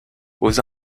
aux